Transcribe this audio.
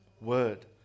word